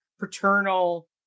paternal